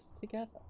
together